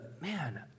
man